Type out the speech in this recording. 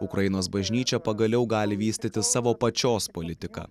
ukrainos bažnyčia pagaliau gali vystyti savo pačios politiką